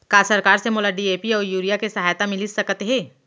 का सरकार से मोला डी.ए.पी अऊ यूरिया के सहायता मिलिस सकत हे?